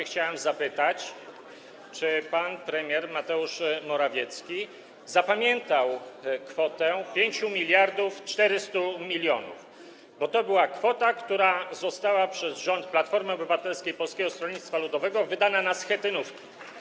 Chciałem zapytać, czy pan premier Mateusz Morawiecki zapamiętał kwotę 5400 mln, bo to była kwota, która została przez rząd Platformy Obywatelskiej i Polskiego Stronnictwa Ludowego wydana na schetynówki.